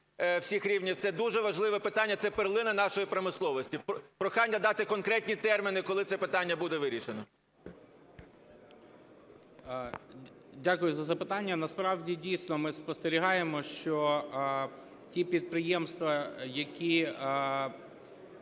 всіх рівнів. Це дуже важливе питання. Це перлина нашої промисловості. Прохання дати конкретні терміни, коли це питання буде вирішено. 10:37:12 ГАЛУЩЕНКО Г.В. Дякую за запитання. Насправді, дійсно, ми спостерігаємо, що ті підприємства, які